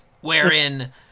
wherein